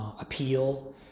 appeal